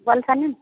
बोलतनी